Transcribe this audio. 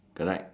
correct